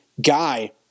guy